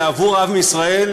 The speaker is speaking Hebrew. אלא עבור עם ישראל.